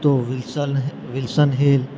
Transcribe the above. તો વિલ્સન હિલ